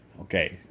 Okay